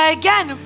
again